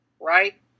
right